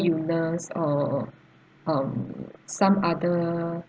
illness or um some other